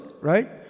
right